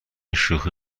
شوخی